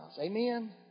Amen